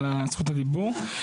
על זכות הדיבור.